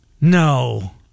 No